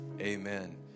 amen